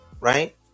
Right